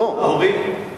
להורים.